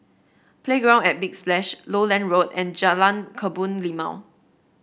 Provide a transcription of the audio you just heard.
Playground at Big Splash Lowland Road and Jalan Kebun Limau